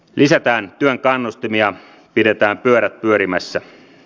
lisätään työn kannustimia pidetään pyörät pyörimässä